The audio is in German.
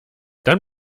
dann